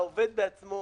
העובד בעצמו